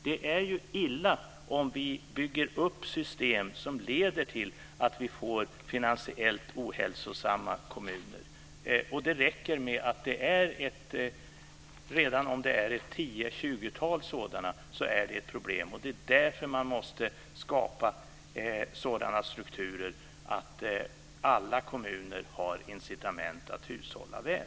Det är illa om vi bygger upp system som leder till att vi får finansiellt ohälsosamma kommuner. Det räcker redan om det finns ett tiotal eller tjugotal sådana för att det ska bli problem. Det är därför man måste skapa sådana strukturer att alla kommuner har incitament att hushålla väl.